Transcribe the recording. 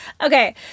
Okay